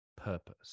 purpose